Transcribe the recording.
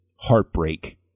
heartbreak